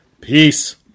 Peace